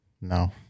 No